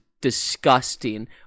disgusting